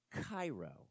Cairo